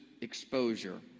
exposure